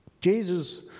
Jesus